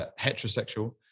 heterosexual